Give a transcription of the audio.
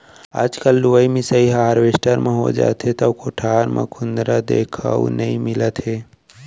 आजकल लुवई मिसाई ह हारवेस्टर म हो जावथे त कोठार म कुंदरा देखउ नइ मिलत हे